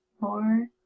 more